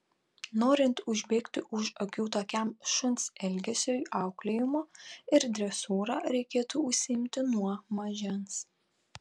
norint užbėgti už akių tokiam šuns elgesiui auklėjimu ir dresūra reikėtų užsiimti nuo mažens